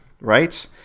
right